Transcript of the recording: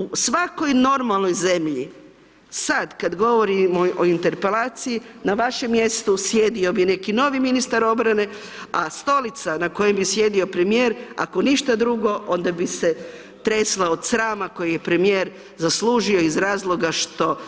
U svakoj normalnoj zemlji, sad kad govorimo o interpelaciji, na vašem mjestu sjedio bi neki novi ministar obrane, a stolica na kojoj bi sjedio premijer, ako ništa drugo, onda bi se tresla od srama koju je premijer zaslužio iz razloga što